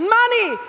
money